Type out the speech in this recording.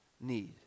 need